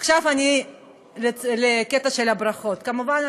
עכשיו אני בקטע של הברכות: כמובן,